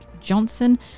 Johnson